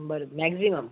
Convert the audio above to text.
बरं मॅक्झिमम